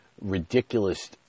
ridiculous